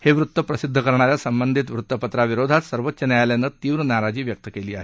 हे वृत्त प्रसिद्ध करणाऱ्या संबंधित वृत्तपत्रा विरोधात सर्वोच्च न्यायालयानं तीव्र नाराजी व्यक्त केली आहे